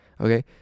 Okay